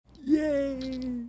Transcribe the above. Yay